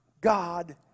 God